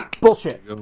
Bullshit